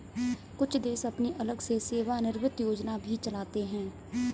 कुछ देश अपनी अलग से सेवानिवृत्त योजना भी चलाते हैं